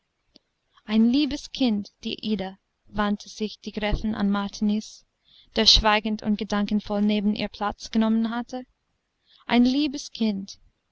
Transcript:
ein liebes kind die ida wandte sich die gräfin an martiniz der schweigend und gedankenvoll neben ihr platz genommen hatte ein liebes kind